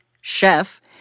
chef